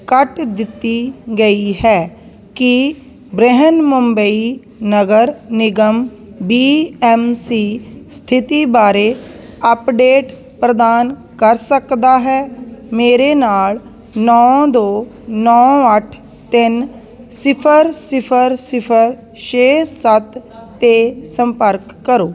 ਕੱਟ ਦਿੱਤੀ ਗਈ ਹੈ ਕੀ ਬ੍ਰਿਹਨਮੁੰਬਈ ਨਗਰ ਨਿਗਮ ਬੀ ਐੱਮ ਸੀ ਸਥਿਤੀ ਬਾਰੇ ਅੱਪਡੇਟ ਪ੍ਰਦਾਨ ਕਰ ਸਕਦਾ ਹੈ ਮੇਰੇ ਨਾਲ ਨੌਂ ਦੋ ਨੌਂ ਅੱਠ ਤਿੰਨ ਸਿਫ਼ਰ ਸਿਫ਼ਰ ਸਿਫ਼ਰ ਛੇ ਸੱਤ 'ਤੇ ਸੰਪਰਕ ਕਰੋ